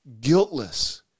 guiltless